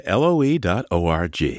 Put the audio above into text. loe.org